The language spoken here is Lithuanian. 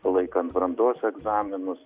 laikant brandos egzaminus